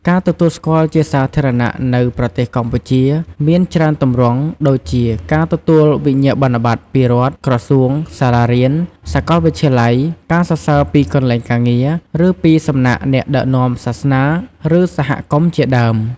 ការទទួលស្គាល់់ជាសាធារណៈនៅប្រទេសកម្ពុជាមានច្រើនទម្រង់ ដូចជាការទទួលវិញ្ញាបនបត្រពីរដ្ឋ ក្រសួង សាលារៀន សកលវិទ្យាល័យ ការសរសើរពីកន្លែងការងារ ឬពីសំណាក់អ្នកដឹកនាំសាសនា ឬ សហគមន៍ជាដើម។